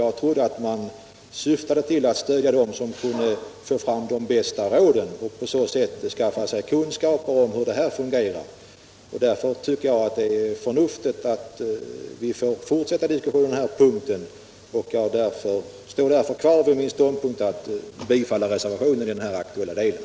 Jag trodde man skulle stödja dem som kunde få fram de bästa råden och på så sätt skaffa sig kunskaper om hur det här fungerar. Därför tycker jag det är förnuftigt att vi får fortsätta diskussionen på den här punkten. Jag står kvar på min ståndpunkt att bifalla reservationen.